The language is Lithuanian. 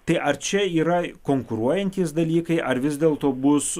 tai ar čia yra konkuruojantys dalykai ar vis dėlto bus